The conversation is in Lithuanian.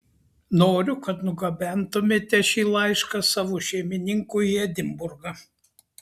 noriu kad nugabentumėte šį laišką savo šeimininkui į edinburgą